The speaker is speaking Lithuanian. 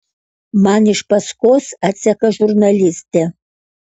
man iš paskos atseka žurnalistė